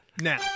now